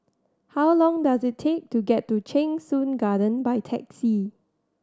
how long does it take to get to Cheng Soon Garden by taxi